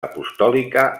apostòlica